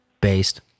Based